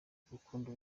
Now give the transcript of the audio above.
n’urukundo